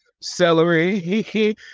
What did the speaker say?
celery